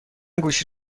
گوشی